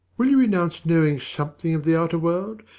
will you renounce knowing something of the outer world?